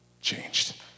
changed